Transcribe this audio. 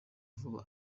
vuba